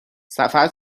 سفر